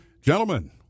Gentlemen